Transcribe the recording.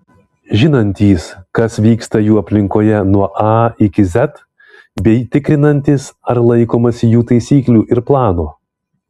žinantys kas vyksta jų aplinkoje nuo a iki z bei tikrinantys ar laikomasi jų taisyklų ir plano